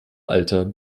alter